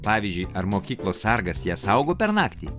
pavyzdžiui ar mokyklos sargas ją saugo per naktį